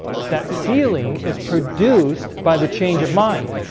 but that feeling is produced by the change of mind